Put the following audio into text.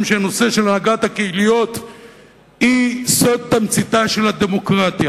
שהנהגת הקהיליות היא סוד תמציתה של הדמוקרטיה,